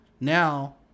Now